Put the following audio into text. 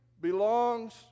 belongs